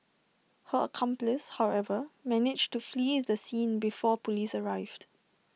her accomplice however managed to flee the scene before Police arrived